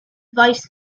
vice